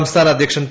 സംസ്ഥാന അധ്യക്ഷൻ പി